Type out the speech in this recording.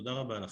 תודה רבה לכם.